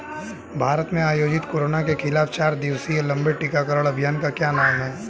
भारत में आयोजित कोरोना के खिलाफ चार दिवसीय लंबे टीकाकरण अभियान का क्या नाम है?